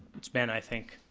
it's been i think,